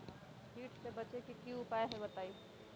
कीट से बचे के की उपाय हैं बताई?